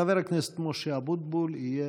חבר הכנסת משה אבוטבול יהיה